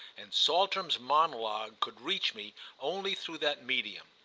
and saltram's monologue could reach me only through that medium.